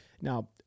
Now